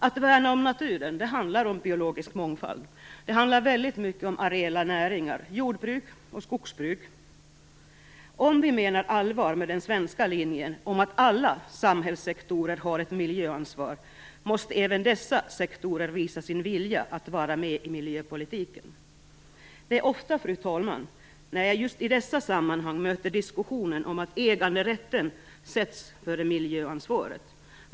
Att värna om naturen handlar om biologisk mångfald. Det handlar väldigt mycket om areella näringar, jordbruk och skogsbruk. Om vi menar allvar med den svenska linjen om att alla samhälssektorer har ett miljöansvar, måste även dessa sektorer visa sin vilja att vara med i miljöpolitiken. Det är ofta, fru talman, som jag i just dessa sammanhang möter diskussionen om att äganderätten sätts före miljöansvaret.